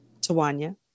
Tawanya